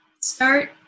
Start